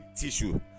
tissue